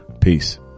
Peace